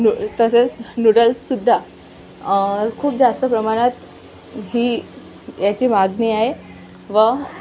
नू तसेच नूडल्स सुद्धा खूप जास्त प्रमाणात ही याची मागणी आहे व